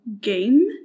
game